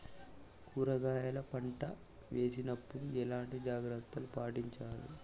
కూరగాయల పంట వేసినప్పుడు ఎలాంటి జాగ్రత్తలు పాటించాలి?